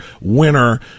winner